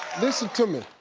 listen to me.